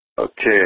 Okay